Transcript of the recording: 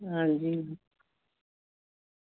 आं जी